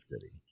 city